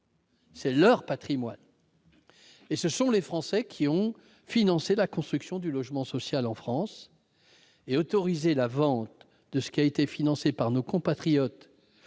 C'est leur patrimoine. Ce sont les Français qui ont financé la construction du logement social ; autoriser la vente de ce qui a été financé par nos compatriotes à des